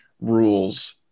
rules